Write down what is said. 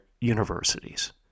universities